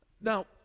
Now